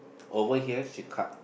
over here she cut